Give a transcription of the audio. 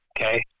Okay